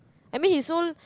I mean he's so